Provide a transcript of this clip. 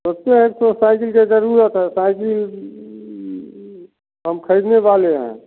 बच्चे हैं तो साइकील का ज़रूरत है साइकील हम ख़रीदने वाले हैं